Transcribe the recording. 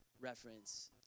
reference